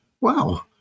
wow